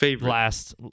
last